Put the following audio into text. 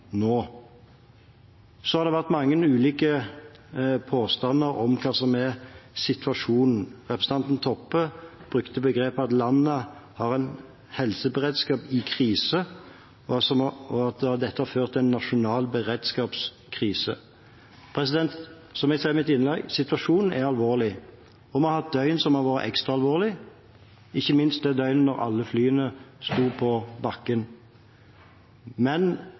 nå. Så har det vært mange ulike påstander om hva som er situasjonen. Representanten Toppe brukte begrep som at landet har en helseberedskap i krise, og at dette har ført til en nasjonal beredskapskrise. Som jeg sa i mitt innlegg: Situasjonen er alvorlig, og vi har hatt døgn som har vært ekstra alvorlige, ikke minst det døgnet da alle flyene sto på bakken. Men